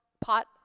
pot